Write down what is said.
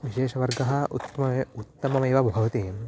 विशेषवर्गः उत्तमम् उत्तममेव भवति